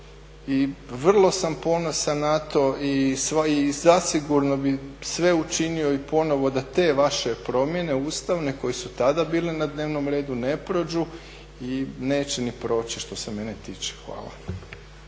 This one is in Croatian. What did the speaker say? i vrlo sam ponosan na to i zasigurno bih sve učinio i ponovo da te vaše promjene ustavne koje su tada bile na dnevnom redu ne prođu i neće ni proći što se mene tiče. Hvala.